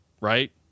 right